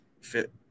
fit